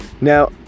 Now